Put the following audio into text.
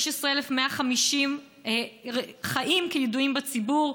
16,150 חיים כידועים בציבור,